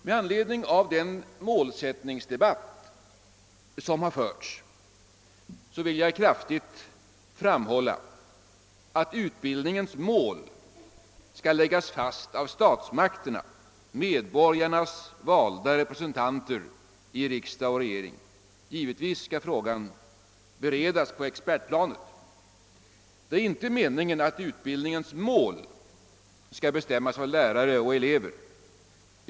Med anledning av den målsättningsdebatt som förts vill jag kraftigt framhålla att utbildningens mål skall läggas fast av statsmakterna, medborgarnas valda representanter i riksdag och regering. Givetvis skall frågan beredas på expertplanet. Det är inte meningen att utbildningens mål skall bestämmas av lärare och elever.